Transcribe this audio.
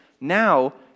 now